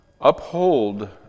Uphold